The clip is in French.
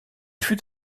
fut